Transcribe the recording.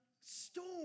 storm